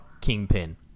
kingpin